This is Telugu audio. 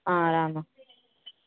రా అమ్మ